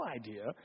idea